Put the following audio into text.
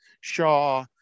Shaw